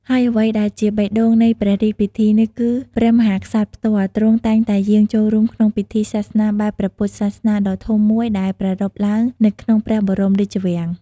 ហើយអ្វីដែលជាបេះដូងនៃព្រះរាជពិធីនេះគឺ ព្រះមហាក្សត្រផ្ទាល់ ទ្រង់តែងតែយាងចូលរួមក្នុងពិធីសាសនាបែបព្រះពុទ្ធសាសនាដ៏ធំមួយដែលប្រារព្ធឡើងនៅក្នុងព្រះបរមរាជវាំង។